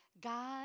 God